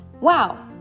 Wow